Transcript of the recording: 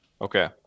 Okay